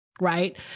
Right